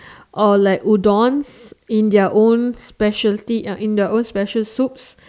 or like Udons in their own speciality uh in their own special soups